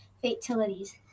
fatalities